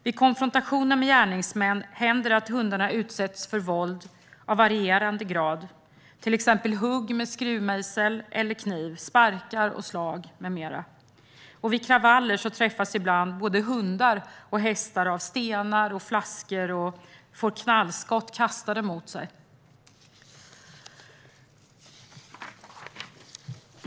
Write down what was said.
Vid konfrontationer med gärningsmän händer det att hundarna utsätts för våld av varierande grad, till exempel hugg med skruvmejsel eller kniv, sparkar och slag med mera. Vid kravaller träffas ibland både hundar och hästar av stenar och flaskor och får knallskott kastade mot sig.